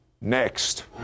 Next